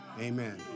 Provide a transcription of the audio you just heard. Amen